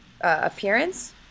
appearance